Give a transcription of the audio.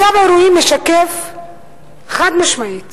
מצב האירועים משקף חד-משמעית